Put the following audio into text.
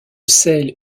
sel